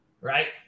right